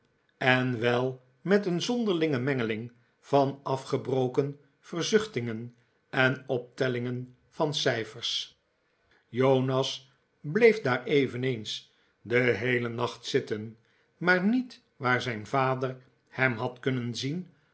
en wel met een zonderlinge mengeling van afgebroken verzuchtingen en optellingen van cijfers jonas bleef daar eveneens den heelen nacht zitten maar niet waar zijn vader hem had kunnen zien